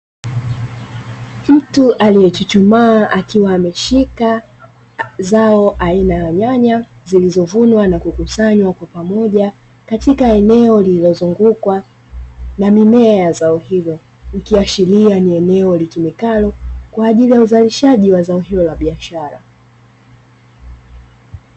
Mtu aliyechuchumaa akiwa ameshika zao aina ya nyanya zilizovunwa na kukusanywa kwa pamoja katika eneo lililozungukwa na mimea ya zao hilo, ikiashiria ni eneo litumikalo kwa ajili ya uzalishaji wa zao hilo la biashara.